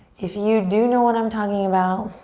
if you do know what i'm talking about,